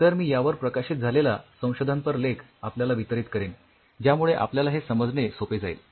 तर मी यावर प्रकाशित झालेला संशोधनपर लेख आपल्याला वितरित करेन ज्यामुळे तुम्हाला हे समजणे सोपे जाईल